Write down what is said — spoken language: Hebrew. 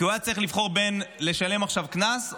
כי הוא היה צריך לבחור בין לשלם עכשיו קנס,